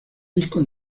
discos